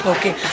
Okay